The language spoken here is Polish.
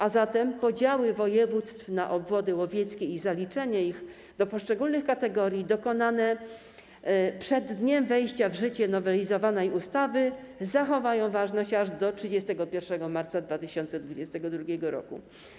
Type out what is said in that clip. A zatem podziały województw na obwody łowieckie i zaliczenie ich do poszczególnych kategorii dokonane przed dniem wejścia w życie nowelizowanej ustawy zachowają ważność aż do 31 marca 2022 r.